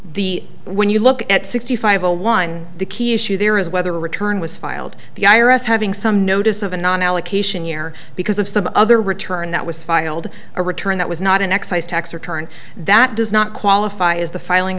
the when you look at sixty five a one the key issue there is whether return was filed the i r s having some notice of a non allocation year because of some other return that was filed a return that was not an excise tax return that does not qualify as the filing